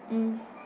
mm